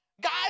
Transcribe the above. guys